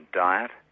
diet